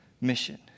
mission